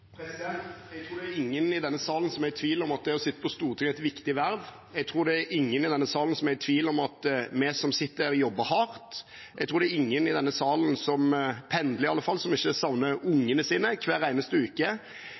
Jeg tror ingen i denne salen er i tvil om at det å sitte på Stortinget er et viktig verv. Jeg tror ingen i denne salen er i tvil om at vi som sitter her, jobber hardt. Jeg tror ikke det er noen i denne salen – de som pendler, i alle fall – som ikke savner ungene sine hver eneste uke.